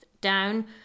down